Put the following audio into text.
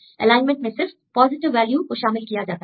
alignment में सिर्फ positive value को शामिल किया जाता है